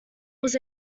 was